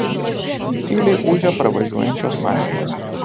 tyliai ūžia pravažiuojančios mašinos